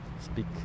speak